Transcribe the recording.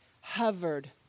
hovered